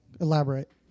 elaborate